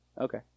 Okay